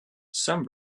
some